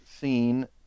seen